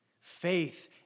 Faith